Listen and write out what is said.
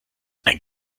ein